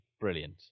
brilliant